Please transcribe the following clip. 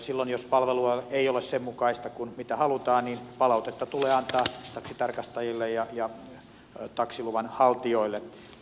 silloin jos palvelu ei ole sen mukaista kuin mitä halutaan niin palautetta tulee antaa taksitarkastajille ja taksiluvan haltijoille